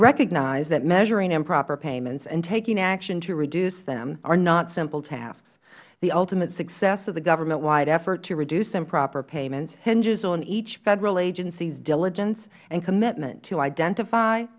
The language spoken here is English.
recognize that measuring improper payments and taking action to reduce them are not simple tasks the ultimate success of the government wide effort to reduce improper payments hinges on each federal agency's diligence and commitment to identify